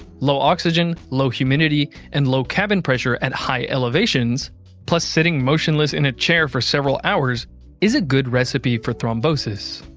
low oxygen, low humidity, and low cabin pressure at high elevations plus sitting motionless in a chair for several hours is a good recipe for thrombosis.